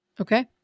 Okay